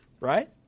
right